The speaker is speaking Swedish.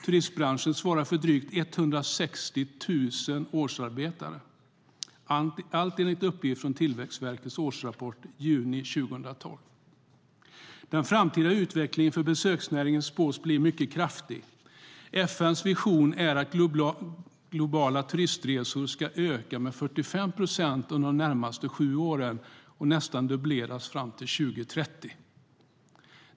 Turistbranschen svarar för drygt 160 000 årsarbetare. Allt detta är uppgifter från Tillväxtverkets årsrapport i juni 2012. Den framtida utvecklingen för besöksnäringen spås bli mycket kraftig. FN:s vision är att globala turistresor ska öka med 45 procent under de närmaste sju åren och nästan dubbleras fram till 2030.